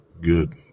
good